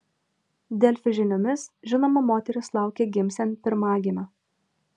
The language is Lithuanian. delfi žiniomis žinoma moteris laukia gimsiant pirmagimio